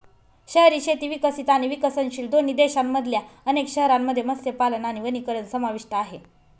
शहरी शेती विकसित आणि विकसनशील दोन्ही देशांमधल्या अनेक शहरांमध्ये मत्स्यपालन आणि वनीकरण समाविष्ट आहे